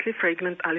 fragrant